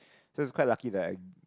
so it's quite lucky that I